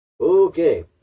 Okay